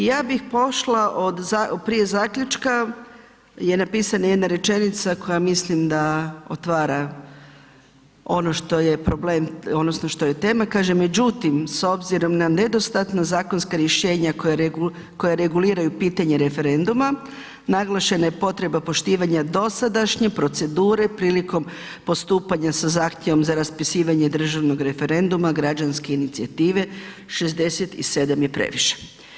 Ja bi pošla prije zaključka je napisana jedna rečenica koja mislim da otvara ono što je problem odnosno što je tema, kaže međutim s obzirom na nedostatna zakonska rješenja koja reguliraju pitanje referenduma, naglašena je potreba poštivanja dosadašnje procedure prilikom postupanja sa zahtjevom za raspisivanje državnog referenduma građanske inicijative „67 je previše“